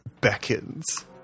beckons